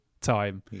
time